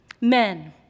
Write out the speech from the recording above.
men